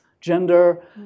gender